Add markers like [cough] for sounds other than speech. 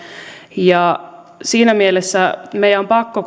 ja siinä mielessä meidän on pakko [unintelligible]